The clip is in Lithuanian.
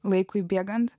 laikui bėgant